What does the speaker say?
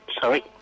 Sorry